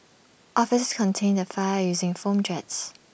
officers contained the fire using foam jets